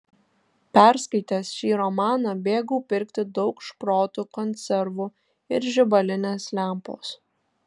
perskaitęs šį romaną bėgau pirkti daug šprotų konservų ir žibalinės lempos